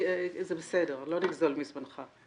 זה בסדר, לא נגזול מזמנך.